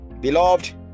beloved